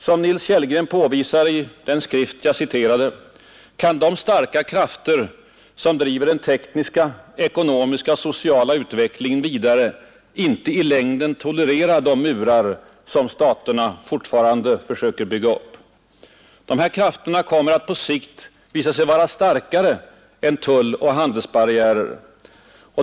Som Nils Kellgren påvisar i den skrift jag citerade ur, kan de starka krafter som driver den tekniska, ekonomiska och sociala utvecklingen vidare inte i längden tolerera de murar som staterna fortfarande har försökt bygga upp. Dessa krafter kommer att på sikt visa sig vara starkare än tulloch handelsbarriärer.